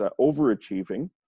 overachieving